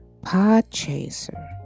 Podchaser